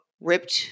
ripped